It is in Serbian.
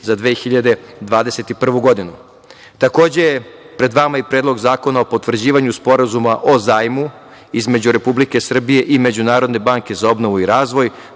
za 2021. godinu. Takođe, pred vama je i Predlog zakona o potvrđivanju sporazuma o zajmu između Republike Srbije i Međunarodne banke za obnovu i razvoj.